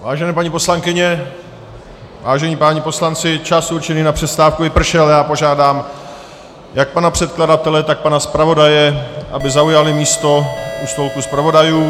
Vážené paní poslankyně, vážení páni poslanci, čas určený na přestávku vypršel a já požádám jak pana předkladatele, tak pana zpravodaje, aby zaujali místo u stolku zpravodajů.